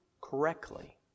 correctly